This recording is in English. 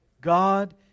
God